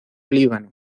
líbano